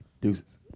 Deuces